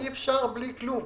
אי אפשר בלי כלום.